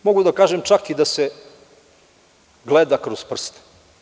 Mogu da kažem čak i da se gleda kroz prste.